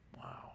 Wow